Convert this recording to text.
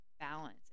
balance